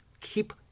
keep